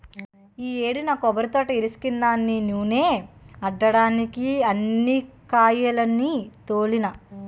ఈ యేడు నా కొబ్బరితోట ఇరక్కాసిందని నూనే ఆడడ్డానికే అన్ని కాయాల్ని తోలినా